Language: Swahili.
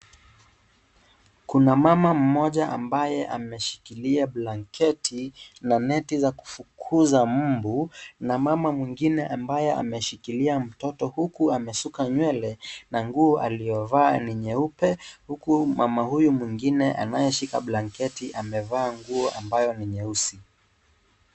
Kuna mama mmoja ambaye ameshikilia blanketi na neti za kufukuza mbu. Na mama mwingine ambaye ameshikilia mtoto huku amesuka nywele na nguo aliyovaa ni nyeupe huku mama huyu mwingine anayeshika blanketi amevaa nguo ambayo ni nyeusi.